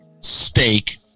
steak